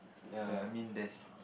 ya I mean there is